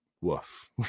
woof